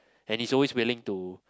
and he's always willing to